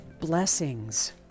blessings